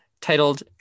titled